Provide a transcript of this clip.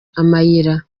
amayira